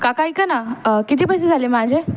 काका ऐका ना किती पैसे झाले माझे